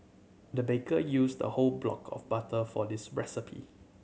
the baker used a whole block of butter for this recipe